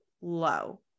low